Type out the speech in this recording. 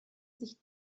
sich